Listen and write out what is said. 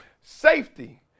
Safety